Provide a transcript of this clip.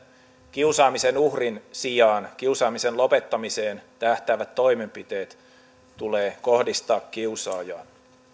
kiusaamisen uhrin sijaan kiusaamisen lopettamiseen tähtäävät toimenpiteet tulee kohdistaa kiusaajaan